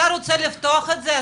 אתה רוצה לפתוח את זה,